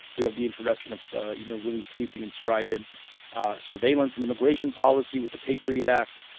we have the introduction of, so you know, really sweeping and strident surveillance and immigration policy with the patriot act.